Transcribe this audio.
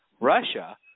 Russia